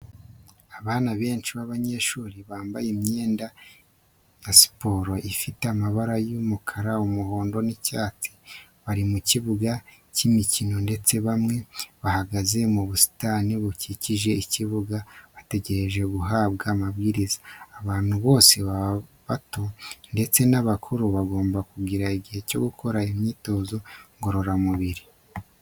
Abana benshi b'abanyeshuri bambaye imyenda ya siporo ifite amabara y'umukara, umuhondo n'icyatsi, bari mu kibuga cy'imikino ndetse bamwe bahagaze mu busitani bukikije ikibuga bategereje guhabwa amabwiriza. Abantu bose, baba abato ndetse n'abakuru bagomba kugira igihe cyo gukora imyitozo ngororamubiri.